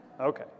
Okay